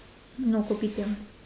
no kopitiam